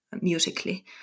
musically